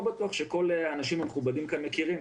בטוח שכל האנשים המכובדים כאן מכירים.